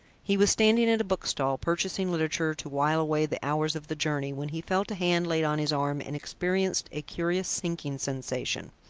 he was standing at a bookstall, purchasing literature to while away the hours of the journey, when he felt a hand laid on his arm and experienced a curious sinking sensation.